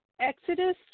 Exodus